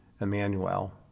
Emmanuel